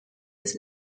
his